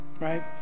right